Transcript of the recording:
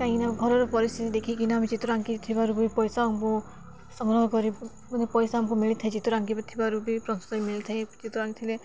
କାହିଁକିନା ଘର ପରିସ୍ଥିତି ଦେଖିକିନା ଆମେ ଚିତ୍ର ଆଙ୍କି ଥିବାରୁ ବି ପଇସା ଆମକୁ ସଂଗ୍ରହ କରୁ ମାନେ ପଇସା ଆମକୁ ମିଳିଥାଏ ଚିତ୍ର ଆଙ୍କି ଥିବାରୁ ବି ମିଳିଥାଏ ଚିତ୍ର ଆଙ୍କି ଥିଲେ